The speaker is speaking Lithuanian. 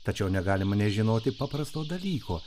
tačiau negalima nežinoti paprasto dalyko